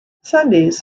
sundays